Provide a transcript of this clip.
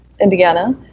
Indiana